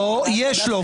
לא, יש לו.